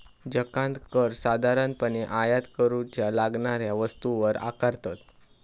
जकांत कर साधारणपणे आयात करूच्या लागणाऱ्या वस्तूंवर आकारतत